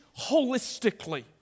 holistically